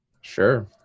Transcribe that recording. Sure